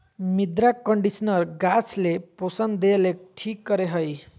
मृदा कंडीशनर गाछ ले पोषण देय ले ठीक करे हइ